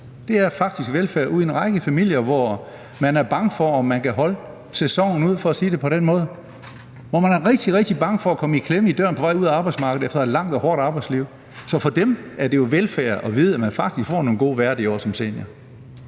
Det er faktisk velfærd ude i en række familier, hvor man er bange for, om man kan holde sæsonen ud, for at sige det på den måde, og hvor man er rigtig, rigtig bange for at komme i klemme i døren på vej ud af arbejdsmarkedet efter et langt og hårdt arbejdsliv. Så for dem er det jo velfærd at vide, at man faktisk får nogle gode, værdige år som senior.